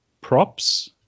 props